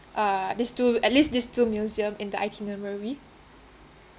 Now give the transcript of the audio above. uh this two at least this two museum in the itinerary